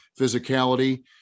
physicality